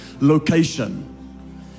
location